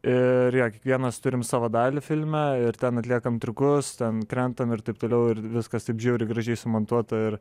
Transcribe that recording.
ir jo kiekvienas turim savo dalį filme ir ten atliekam triukus ten krentam ir taip toliau ir viskas taip žiauriai gražiai sumontuota ir